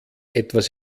etwas